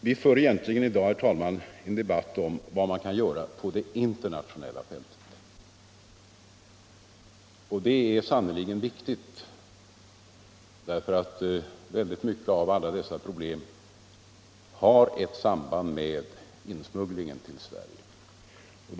Vi för egentligen i dag en debatt om vad man kan göra på det internationella fältet, och det är sannerligen viktigt eftersom dessa problem i hög grad har samband med insmugglingen till Sverige.